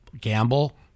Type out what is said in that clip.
gamble